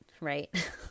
right